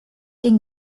den